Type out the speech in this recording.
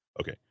Okay